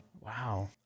Wow